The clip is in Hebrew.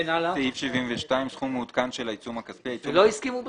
לא הסכימו בסוף?